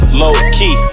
low-key